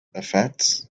effects